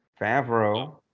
Favreau